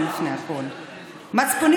ישראל.